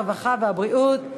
הרווחה והבריאות,